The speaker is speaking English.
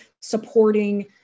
supporting